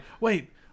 wait